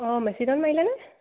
অঁ মেছিধান মাৰিলানে